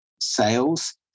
sales